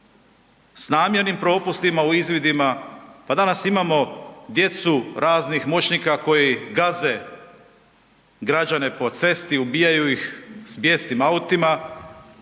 s namjernim propustima u izvidima, pa danas imamo djecu raznih moćnika koji gaze građane po cesti, ubijaju ih s bijesnim autima